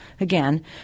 again